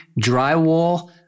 drywall